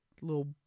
Little